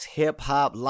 hip-hop